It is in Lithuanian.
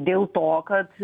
dėl to kad